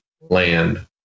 land